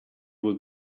would